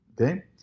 okay